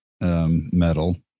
metal